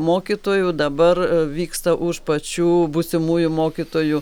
mokytojų dabar vyksta už pačių būsimųjų mokytojų